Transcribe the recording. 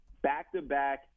Back-to-back